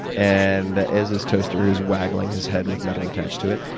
and as is toaster who is waggling his head with metal attached to it.